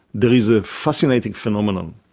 there is a fascinating phenomenon.